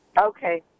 okay